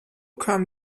kam